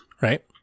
right